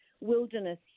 wilderness